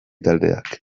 taldeak